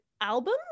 album